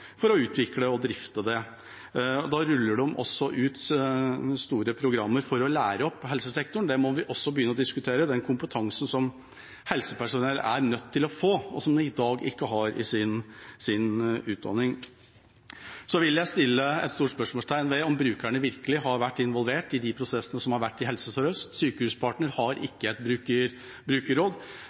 utvikle og drifte dem. Da ruller de også ut store programmer for å lære opp helsesektoren, og det må vi også begynne å diskutere: den kompetansen som helsepersonell er nødt til å få, og som de i dag ikke har i sin utdanning. Så vil jeg sette et stort spørsmålstegn ved om brukerne virkelig har vært involvert i disse prosessene i Helse Sør-Øst. Sykehuspartner har ikke et brukerråd,